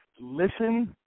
listen